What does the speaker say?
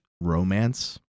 romance